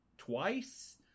twice